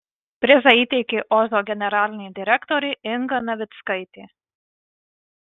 prizą įteikė ozo generalinė direktorė inga navickaitė